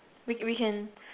we we can